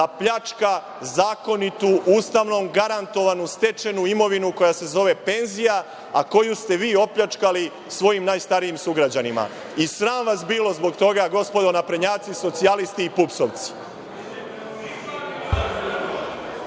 da pljačka zakonitu, Ustavom garantovanu stečenu imovinu koja se zove penzija, a koju ste vi opljačkali svojim najstarijim sugrađanima. Sram vas bilo zbog toga gospodo naprednjaci, socijalisti i pupsovci.